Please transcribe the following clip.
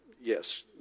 yes